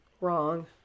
Wrong